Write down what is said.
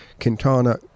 Quintana